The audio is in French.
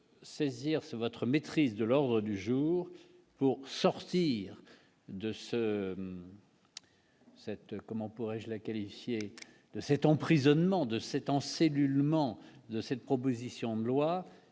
saisir sur votre maîtrise de l'ordre du jour pour sortir de ce cette, comment pourrais-je l'a qualifié de cet emprisonnement de cette encellulement de cette proposition de loi